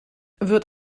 wird